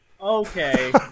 okay